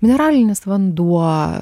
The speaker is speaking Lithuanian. mineralinis vanduo